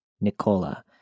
Nicola